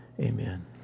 Amen